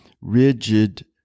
rigid